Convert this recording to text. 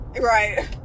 Right